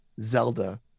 zelda